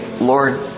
Lord